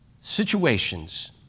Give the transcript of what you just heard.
situations